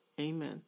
Amen